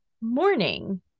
morning